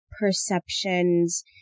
perceptions